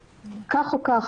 כך או כך,